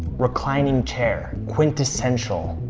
reclining chair, quintessential,